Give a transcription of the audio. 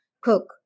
cook